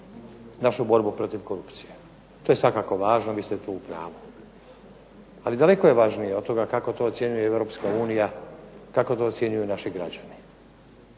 našu borbu protiv korupcije. To je svakako važno, vi ste tu u pravu. Ali daleko je važnije od toga kako to ocjenjuje Europska unija, kako to ocjenjuju naši građani.